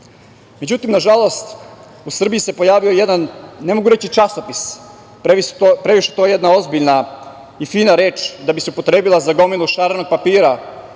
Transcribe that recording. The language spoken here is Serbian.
nažalost u Srbiji se pojavio jedan ne mogu reći časopis, previše je to jedna ozbiljna i fina reč da bi se upotrebila za gomilu šarenog papira,